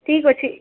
ଠିକ ଅଛି